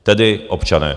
Tedy občané.